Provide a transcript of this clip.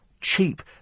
Cheap